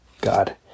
God